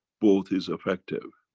both is effective,